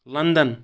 London